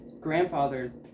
grandfather's